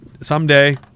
Someday